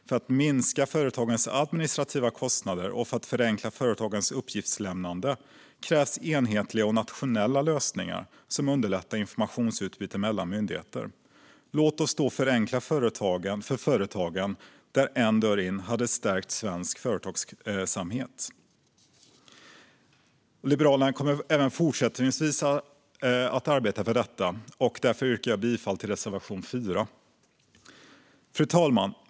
För att minska företagens administrativa kostnader och för att förenkla företagens uppgiftslämnande krävs enhetliga och nationella lösningar som underlättar informationsutbyte mellan myndigheter. Låt oss förenkla för företagen! En dörr in skulle stärka svensk företagsamhet. Liberalerna kommer även fortsättningsvis att arbeta för detta. Därför yrkar jag bifall till reservation 4. Fru talman!